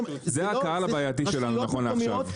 זה הקהל הבעייתי שלנו נכון לעכשיו.